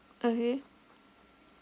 okay